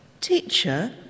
Teacher